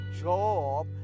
Job